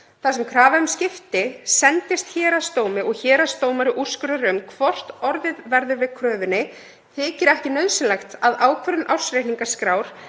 Þar sem krafa um skipti sendist héraðsdómi og héraðsdómari úrskurðar um hvort orðið verður við kröfunni þykir ekki nauðsynlegt að ákvörðun ársreikningaskrár